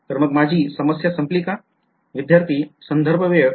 तर मग माझी समस्या संपली का